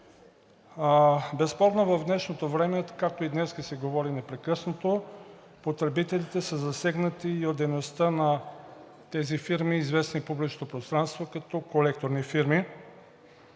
Безспорно в днешното време, както и днес се говори непрекъснато, потребителите са засегнати и от дейността на тези фирми, известни в публичното пространство като колекторни фирми.